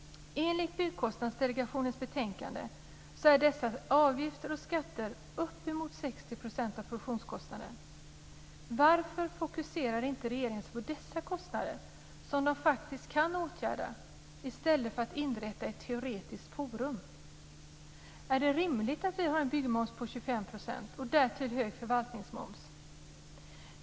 Enligt Byggkostnadsdelegationens betänkande utgör dessa avgifter och skatter uppemot 60 % av produktionskostnaderna. Varför fokuserar inte regeringen på dessa kostnader som man faktiskt kan åtgärda i stället för att inrätta ett teoretiskt forum? Är det rimligt att vi har en byggmoms på 25 % och därtill en hög förvaltningsmoms?